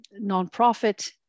nonprofit